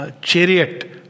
Chariot